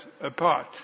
apart